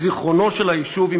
בזיכרונו של היישוב,